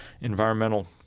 environmental